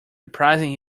reprising